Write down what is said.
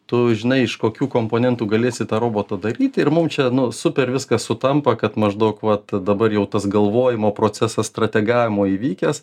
tu žinai iš kokių komponentų galėsi tą robotą daryti ir mum čia nu super viskas sutampa kad maždaug vat dabar jau tas galvojimo procesas strategavimo įvykęs